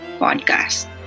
podcast